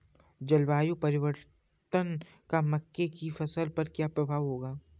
जलवायु परिवर्तन का मक्के की फसल पर क्या प्रभाव होगा?